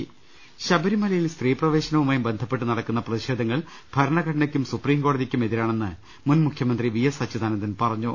് ശബരിമലയിൽ സ്ത്രീ പ്രവേശനവുമായി ബന്ധപ്പെട്ട് നടക്കുന്ന പ്രതിഷേധങ്ങൾ ഭരണഘടന യ്ക്കും സുപ്രിം കോടതിക്കും എതിരാണെന്ന് മുൻ മുഖ്യമന്ത്രി വിഎസ് അച്യുതാനന്ദൻ പറഞ്ഞു